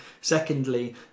Secondly